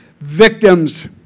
victims